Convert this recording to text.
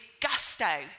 gusto